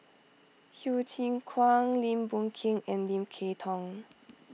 Hsu Tse Kwang Lim Boon Keng and Lim Kay Tong